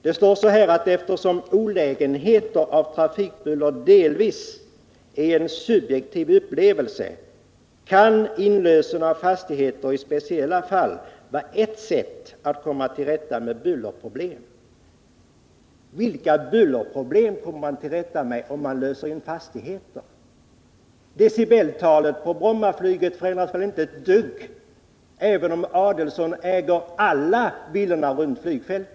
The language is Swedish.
Det står så här: ”Eftersom olägenheter av trafikbuller delvis är en subjektiv upplevelse kan inlösen av fastigheter i speciella fall vara ett sätt att komma till rätta med bullerproblem.” Men vilka bullerproblem kommer man till rätta med om man löser in fastigheter? Decibeltalet för Brommaflyget förändras väl inte ett enda dugg, även om Ulf Adelsohn äger alla villorna runt flygfältet.